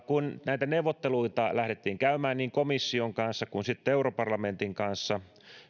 kun näitä neuvotteluita lähdettiin käymään niin komission kanssa kuin europarlamentin kanssa